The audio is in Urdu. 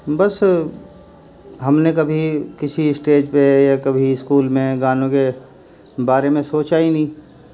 بس ہم نے کبھی کسی اسٹیج پہ یا کبھی اسکول میں گانوں کے بارے میں سوچا ہی نہیں